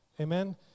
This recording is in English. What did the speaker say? Amen